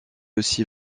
aussi